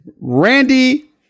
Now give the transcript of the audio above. Randy